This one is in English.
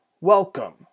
welcome